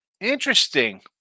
Interesting